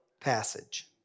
passage